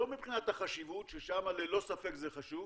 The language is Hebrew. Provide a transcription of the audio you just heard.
לא מבחינת החשיבות, ששם ללא ספק זה חשוב,